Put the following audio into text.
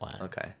okay